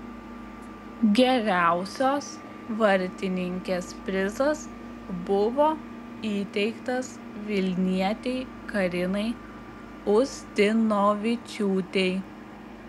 geriausios vartininkės prizas buvo įteiktas vilnietei karinai ustinovičiūtei